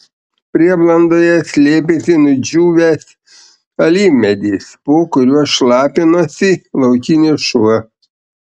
prieblandoje slėpėsi nudžiūvęs alyvmedis po kuriuo šlapinosi laukinis šuo